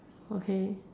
okay